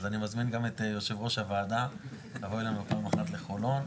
אז אני מזמין גם את יו"ר הוועדה לבוא אלינו פעם אחת לחולון,